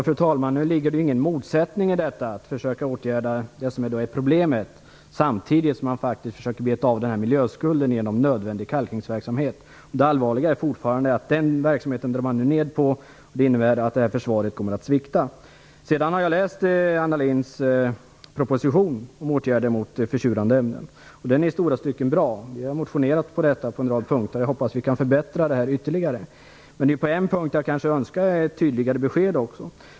Fru talman! Det ligger ingen motsättning i att försöka åtgärda problemet samtidigt som man försöker beta av miljöskulden genom nödvändig kalkningsverksamhet. Det allvarliga är fortfarande att man nu drar ned på den verksamheten. Det innebär att försvaret kommer att svikta. Jag har läst Anna Lindhs proposition om åtgärder mot försurande ämnen. Den är i stora stycken bra. Vi har motionerat på en rad punkter. Jag hoppas att vi kan förbättra ytterligare. På en punkt önskar jag ett tydligare besked.